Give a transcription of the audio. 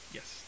Yes